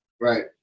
Right